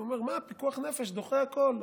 הוא אומר: מה, פיקוח נפש דוחה הכול.